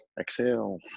Exhale